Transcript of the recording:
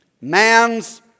man's